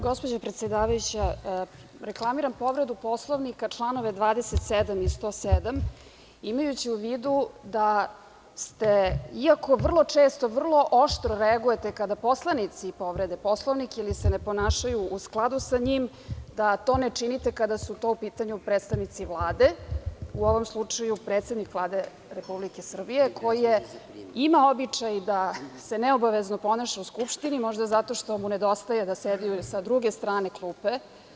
Gospođo predsedavajuća, reklamiram povredu Poslovnika, članove 27. i 107. imajući u vidu da ste iako vrlo često, vrlo oštro reagujete kada poslanici povrede Poslovnik ili se ne ponašaju u skladu sa njim, da to ne činite kada su u pitanju predstavnici Vlade, u ovom slučaju predsednik Vlade Republike Srbije koji ima običaj da se neobavezno ponaša u Skupštini, možda zato što mu nedostaje da sedi sa druge strane klupe.